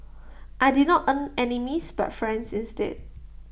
I did not earn enemies but friends instead